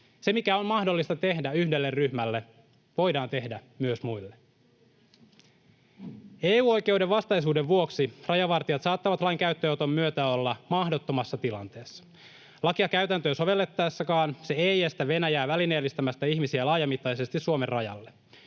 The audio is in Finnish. Se, mikä on mahdollista tehdä yhdelle ryhmälle, voidaan tehdä myös muille. [Vasemmalta: Juuri näin!] EU-oikeuden vastaisuuden vuoksi rajavartijat saattavat lain käyttöönoton myötä olla mahdottomassa tilanteessa. Lakia käytäntöön sovellettaessakaan se ei estä Venäjää välineellistämästä ihmisiä laajamittaisesti Suomen rajalle.